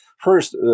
first